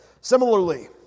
Similarly